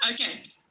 Okay